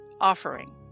offering